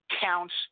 counts